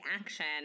action